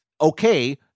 okay